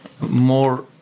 more